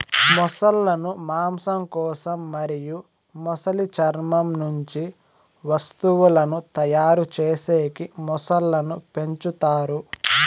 మొసళ్ళ ను మాంసం కోసం మరియు మొసలి చర్మం నుంచి వస్తువులను తయారు చేసేకి మొసళ్ళను పెంచుతారు